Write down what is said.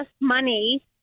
money